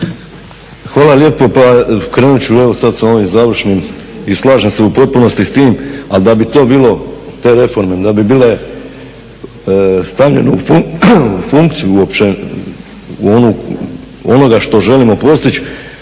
Hvala lijepo. Pa krenut ću evo sada sa ovim završnim i slažem se u potpunosti s tim, ali da bi to bilo te reforme da bi bile stavljene u funkciju uopće onoga što želimo postići